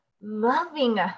loving